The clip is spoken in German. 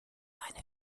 eine